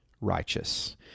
righteous